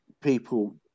people